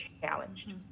challenged